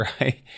right